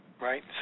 Right